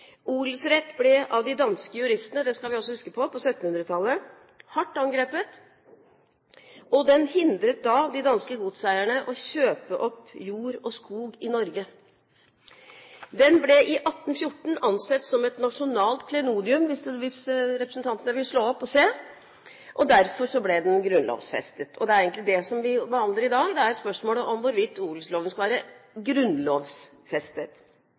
ble av de danske juristene – det skal vi også huske på – på 1700-tallet hardt angrepet, og den hindret da de danske godseierne å kjøpe opp jord og skog i Norge. Den ble i 1814 ansett som et nasjonalt klenodium – hvis representantene vil slå opp og se – og derfor ble den grunnlovfestet. Og det er egentlig det vi behandler i dag, spørsmålet om hvorvidt odelsloven skal være